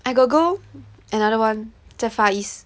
I got go another one 喺 Far East